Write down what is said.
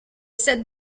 cette